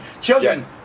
Children